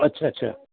अच्छा अच्छा